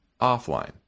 offline